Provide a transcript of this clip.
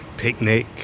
picnic